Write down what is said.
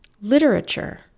Literature